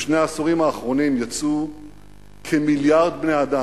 בשני העשורים האחרונים יצאו כמיליארד בני-אדם